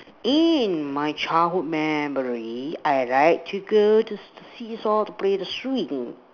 in my childhood memory I like to go to the see saw to play the street row